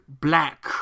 black